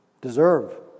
deserve